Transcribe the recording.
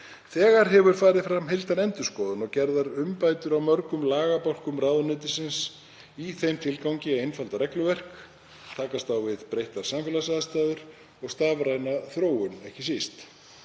Þegar hefur farið fram heildarendurskoðun og gerðar hafa verið umbætur á mörgum lagabálkum ráðuneytisins í þeim tilgangi að einfalda regluverk, takast á við breyttar samfélagsaðstæður og ekki síst